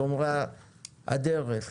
שומרי הדרך